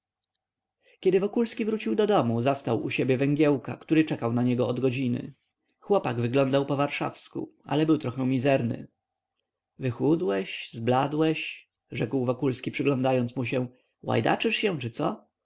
kiedy wokulski wrócił do domu zastał u siebie węgiełka który czekał na niego od godziny chłopak wyglądał powarszawsku ale był trochę mizerny wychudłeś zbladłeś rzekł wokulski przypatrzywszy mu się łajdaczysz się czy co